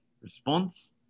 response